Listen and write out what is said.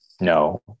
No